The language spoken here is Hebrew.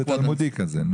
זה תלמודי כזה.